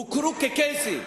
הוכרו כקייסים.